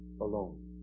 alone